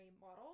model